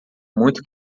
muito